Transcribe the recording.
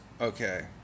okay